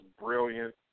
brilliant